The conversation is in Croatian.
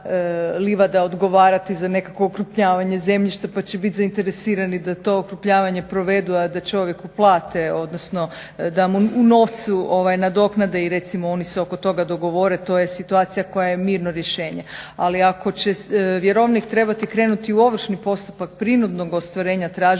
odgovarati za nekakvo okrupnjavanje zemljišta pa će bit zainteresirani da to okrupnjavanje provedu, a da čovjeku plate, odnosno da mu u novcu nadoknade i recimo oni se oko toga dogovore. To je situacija koja je mirno rješenje, ali ako će vjerovnik trebati krenuti u ovršni postupak prinudnog ostvarenja tražbine